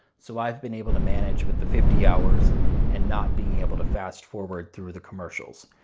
so i've been able to manage with the fifty hours and not being able to fast-forward through the commercials.